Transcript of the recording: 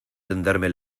tenderme